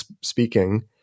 speaking